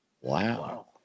Wow